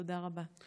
תודה רבה.